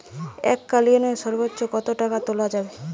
এককালীন সর্বোচ্চ কত টাকা তোলা যাবে?